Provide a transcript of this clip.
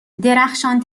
درخشان